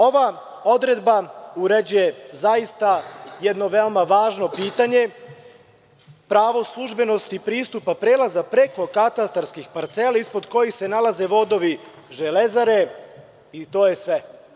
Ova odredba uređuje zaista jedno veoma važno pitanje, pravo službenosti pristupa, prelaza preko katastarskih parcela ispod kojih se nalaze vodovi „Železare“ i to je sve.